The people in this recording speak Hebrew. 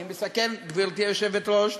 אני מסכם, גברתי היושבת-ראש.